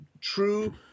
true